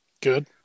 Good